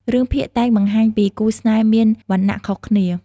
រឿងភាគតែងបង្ហាញពី គូស្នេហ៍មានវណ្ណៈខុសគ្នា។